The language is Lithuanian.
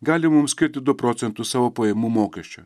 gali mums skirti du procentus savo pajamų mokesčio